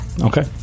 Okay